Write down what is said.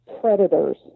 predators